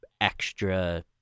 extra